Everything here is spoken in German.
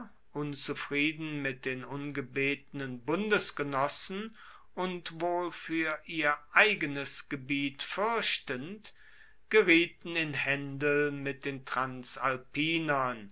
unzufrieden mit den ungebetenen bundesgenossen und wohl fuer ihr eigenes gebiet fuerchtend gerieten in haendel mit den transalpinern